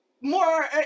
more